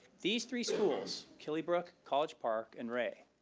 these three schools, killybrooke, college park, and rea,